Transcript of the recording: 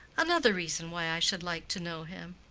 another reason why i should like to know him.